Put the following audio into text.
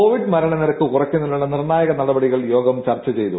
Covid മരണ നിരക്ക് കുറയ്ക്കുന്നതിനുള്ള നിർണായക നടപടികൾ യോഗം ചർച്ച ചെയ്തു